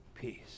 peace